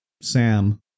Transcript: sam